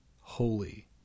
holy